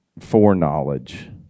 foreknowledge